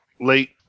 Late